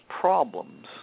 problems